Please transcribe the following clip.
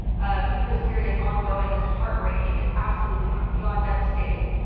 um even though syria is ongoing and it's heartbreaking, it's absolutely beyond devastating,